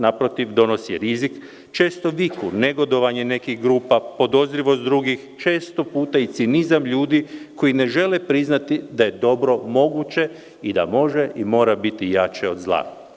Naprotiv, donosi rizik, često viku, negodovanje nekih grupa, podozrivost drugih, često puta i cinizam ljudi koji ne žele priznati da je dobro moguće i da može i mora biti jače od zla.